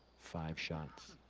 five shots.